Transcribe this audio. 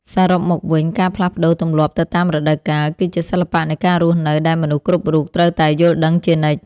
សរុបមកវិញ ការផ្លាស់ប្តូរទម្លាប់ទៅតាមរដូវកាល គឺជាសិល្បៈនៃការរស់នៅដែលមនុស្សគ្រប់រូបត្រូវតែយល់ដឹងជានិច្ច។